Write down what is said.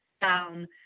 down